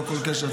ללא כל קשר,